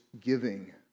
giving